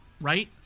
right